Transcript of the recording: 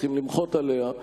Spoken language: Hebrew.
צריכים למחות עליה,